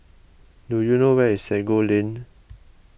do you know where is Sago Lane